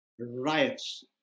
Riots